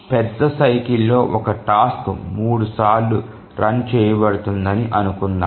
పెద్ద సైకిల్ లో ఒక టాస్క్ 3 సార్లు రన్ చేయబడుతుందని అనుకుందాం